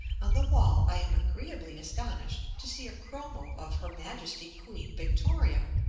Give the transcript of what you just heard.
on the wall i am agreeably astonished to see a chromo of her majesty queen victoria,